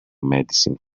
medicine